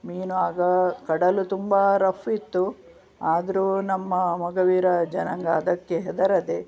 ಮೀನು ಆಗ ಕಡಲು ತುಂಬ ರಫ್ ಇತ್ತು ಆದರೂ ನಮ್ಮ ಮೊಗವೀರ ಜನಾಂಗ ಅದಕ್ಕೆ ಹೆದರದೆ